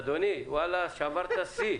אדוני, שברת שיא.